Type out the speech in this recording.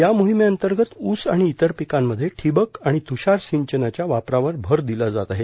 या मोहिमेअंतर्गत ऊस आणि इतर पिकांमध्ये ठिबक आणि तुषार सिंचनाच्या वापरावर भर दिला जात आहे